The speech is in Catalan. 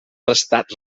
restat